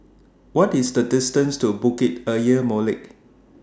What IS The distance to Bukit Ayer Molek